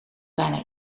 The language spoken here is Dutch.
bijna